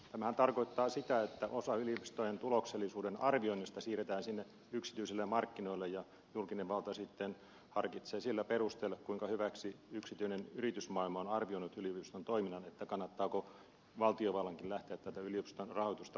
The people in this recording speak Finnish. tämähän tarkoittaa sitä että osa yliopistojen tuloksellisuuden arvioinnista siirretään sinne yksityisille markkinoille ja julkinen valta sitten harkitsee sillä perusteella kuinka hyväksi yksityinen yritysmaailma on arvioinut yliopiston toiminnan kannattaako valtiovallankin lähteä tätä yliopiston rahoitusta vahvistamaan